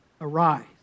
arise